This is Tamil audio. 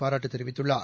பாராட்டு தெரிவித்துள்ளார்